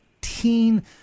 teen